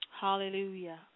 Hallelujah